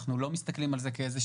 אנחנו לא מסתכלים על זה כקנס.